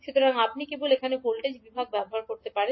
সুতরাং আপনি কেবল এখানে ভোল্টেজ বিভাগ ব্যবহার করতে পারেন